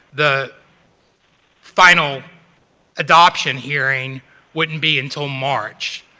the final adoption hearing wouldn't be until march.